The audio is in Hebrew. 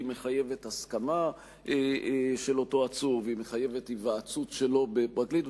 מחייבת הסכמה של אותו עצור והיא מחייבת היוועצות שלו בפרקליט.